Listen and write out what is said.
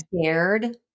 scared